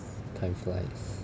time flies